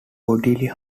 bodily